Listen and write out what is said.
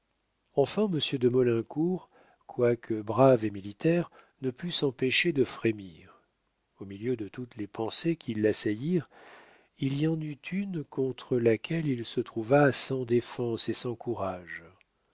enfin monsieur de maulincour quoique brave et militaire ne put s'empêcher de frémir au milieu de toutes les pensées qui l'assaillirent il y en eut une contre laquelle il se trouva sans défense et sans courage